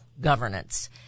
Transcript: governance